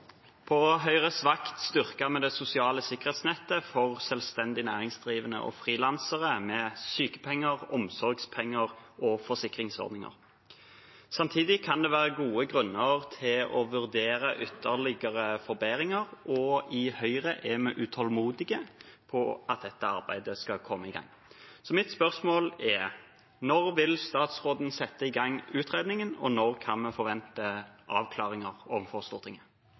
selvstendig næringsdrivende og frilansere med sykepenger, omsorgspenger og forsikringsordninger. Samtidig kan det være gode grunner til å vurdere ytterligere forbedringer, og i Høyre er vi utålmodige etter at dette arbeidet skal komme i gang. Mitt spørsmål er: Når vil statsråden sette i gang utredningen, og når kan vi forvente avklaringer overfor Stortinget?